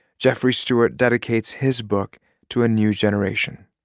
jeffrey stewart dedicates his book to a new generation.